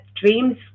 dreams